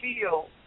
feel